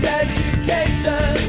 education